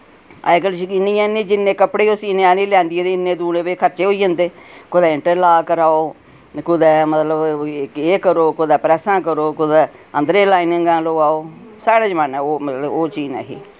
अज्जकल शकिनियां न जिन्ने कपड़े सीने आह्ले लैंदी ऐ ते इन्ने दूने खर्चे होई जन्दे कुतै इंटरलाक कराओ कुतै मतलब एह् करो कुतै प्रैस्सां करो कुतै अंदरें लाइनिंगां लुआओ साढ़े जमाने ओह् मतलब ओह् चीज नेही